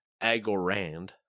Agorand